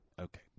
Okay